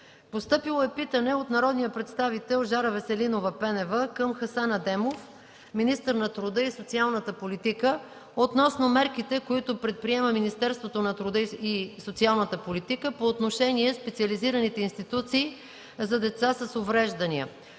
на 19 юли 2013 г.; - народния представител Жара Веселинова Пенева към Хасан Адемов – министър на труда и социалната политика, относно мерките, които предприема Министерството на труда и социалната политика по отношение на специализираните институции за деца с увреждания.